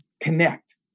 connect